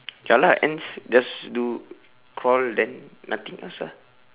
ya lah ants just do crawl then nothing else ah